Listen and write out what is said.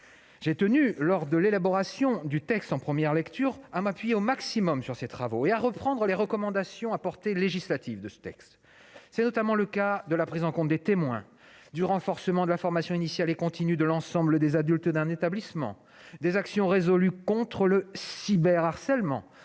J'ai tenu, lors de l'élaboration du texte en première lecture, à m'appuyer le plus possible sur ces travaux et à reprendre les recommandations à portée législative du rapport. Ainsi de la prise en compte des témoins, du renforcement de la formation initiale et continue de l'ensemble des adultes d'un établissement, des actions résolues contre le cyberharcèlement